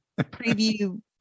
preview